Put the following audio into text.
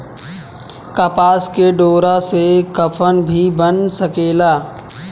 कपास के डोरा से कफन भी बन सकेला